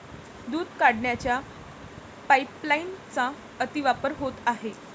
दूध काढण्याच्या पाइपलाइनचा अतिवापर होत आहे